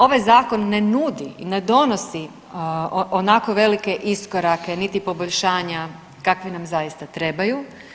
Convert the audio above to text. Ovaj zakon ne nudi i ne donosi onako velike iskorake, niti poboljšanja kakvi nam zaista trebaju.